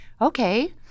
okay